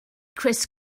chris